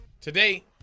today